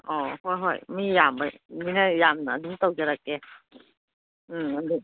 ꯑꯧ ꯍꯣꯏ ꯍꯣꯏ ꯃꯤ ꯌꯥꯝꯕꯅꯤꯅ ꯌꯥꯝꯅ ꯑꯗꯨꯝ ꯇꯧꯖꯔꯛꯀꯦ ꯎꯝ ꯑꯗꯨ